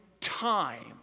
time